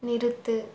நிறுத்து